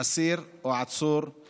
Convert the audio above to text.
אסיר או עצור עם